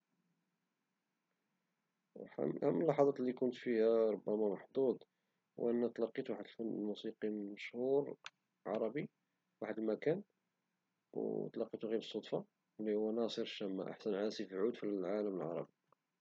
من أهم اللحظات لي كنت فيها محضوض هو أنني تلقيت واحد الفنان موسيقي مشهور عربي فواحد المكان وتلقيتو غير بالصدفة ولي هو ناصر الشما أحسن عازف عود في العالم العربي